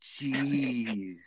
Jeez